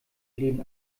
läden